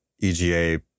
EGA